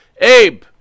Abe